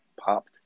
popped